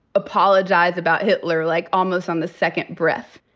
apologize about hitler, like, almost on the second breath,